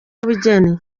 umunyabugeni